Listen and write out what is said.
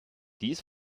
dies